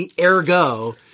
Ergo